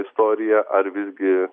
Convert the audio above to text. istoriją ar visgi